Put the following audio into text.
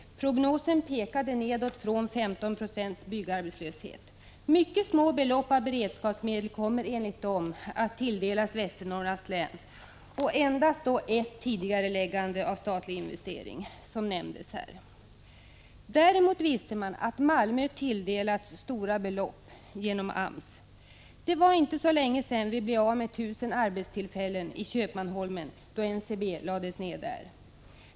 Prognosen pekade nedåt, på 15 26 byggarbetslöshet. Mycket små belopp av beredskapsmedel kommer att tilldelas Västernorrlands län och endast ett tidigareläggande av statlig investering, som nämndes i svaret. Däremot har Malmö tilldelats stora belopp genom AMS. Det var inte så länge sedan länet blev av med 1 000 arbetstillfällen i Köpmanholmen, då NCB lades ner.